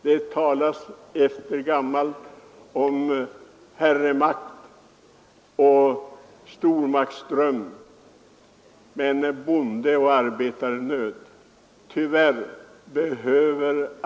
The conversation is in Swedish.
Det talas sedan gammalt om herremakt och stormaktsdröm men bondeoch arbetarenöd.